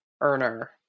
earner